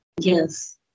yes